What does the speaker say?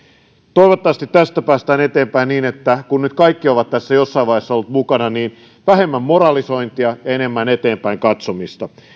toivottavasti tästä päästään eteenpäin niin että kun nyt kaikki ovat tässä jossain vaiheessa olleet mukana niin vähemmän moralisointia ja enemmän eteenpäin katsomista